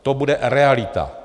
To bude realita.